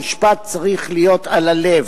המשפט צריך להיות על הלב: